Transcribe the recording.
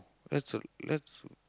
that's al~ that's